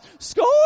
score